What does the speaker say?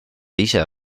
ise